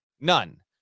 none